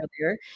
earlier